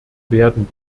werden